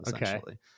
essentially